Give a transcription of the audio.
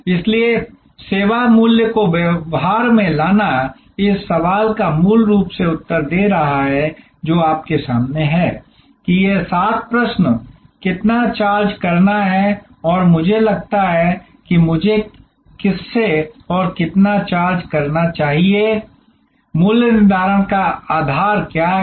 इसलिए सेवा मूल्य को व्यवहार में लाना इस सवाल का मूल रूप से उत्तर दे रहा है जो आपके सामने है कि यह सात प्रश्न कितना चार्ज करना है और मुझे लगता है कि मुझे किससे और कितना चार्ज करना चाहिए मूल्य निर्धारण का आधार क्या है